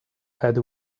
head